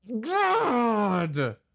God